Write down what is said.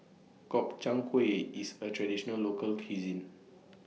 Gobchang Gui IS A Traditional Local Cuisine